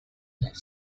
have